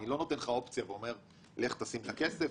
אני לא נותן לך אופציה ואומר לך שים את הכסף,